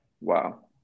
wow